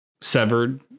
severed